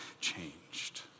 changed